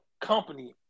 company